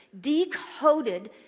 decoded